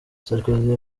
sarkozy